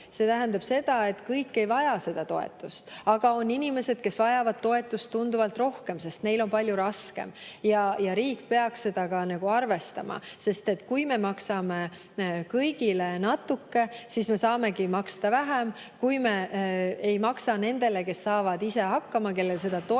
see tähendab, et kõik ei vaja seda toetust. Aga on inimesi, kes vajavad toetust tunduvalt rohkem, sest neil on palju raskem – ja riik peaks seda arvestama. Kui me maksame kõigile natuke, siis me saamegi maksta vähem. Kui me ei maksa nendele, kes saavad ise hakkama, kellel seda toetust